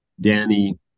Danny